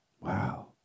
Wow